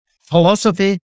Philosophy